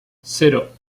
cero